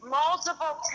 multiple